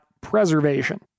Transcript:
preservation